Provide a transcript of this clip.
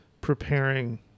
preparing